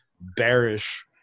bearish